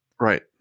Right